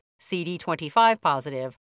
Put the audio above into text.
CD25-positive